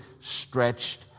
stretched